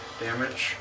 damage